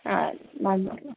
ആഹ് വന്നോട്ടെ